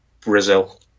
Brazil